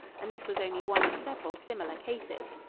and this was only one of several similar cases.